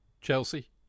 Chelsea